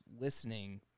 listening